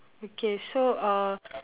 okay so uh